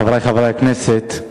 חברי חברי הכנסת,